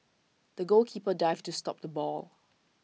the goalkeeper dived to stop the ball